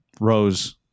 Rose